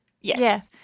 yes